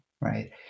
right